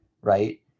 Right